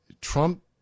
Trump